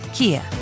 Kia